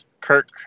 Kirk